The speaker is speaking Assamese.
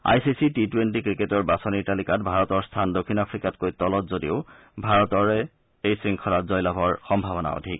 আই চি চিৰ টি টুৱেণ্টি ক্ৰিকেটৰ বাচনিৰ তালিকাত ভাৰতৰ স্থান দক্ষিণ আফ্ৰিকাতকৈ তলত যদিও ভাৰতৰ এই শংখলাত জয়লাভৰ সম্ভাৱনা অধিক